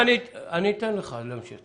אני אתן לך להמשיך.